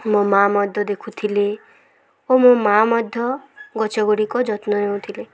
ମୋ ମା ମଧ୍ୟ ଦେଖୁଥିଲେ ଓ ମୋ ମା ମଧ୍ୟ ଗଛଗୁଡ଼ିକ ଯତ୍ନ ନେଉଥିଲେ